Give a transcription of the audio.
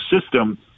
system